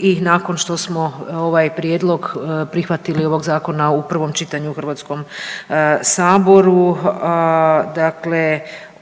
I nakon što smo ovaj prijedlog prihvatili ovog Zakona u prvom čitanju u Hrvatskom saboru dakle